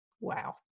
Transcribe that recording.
Wow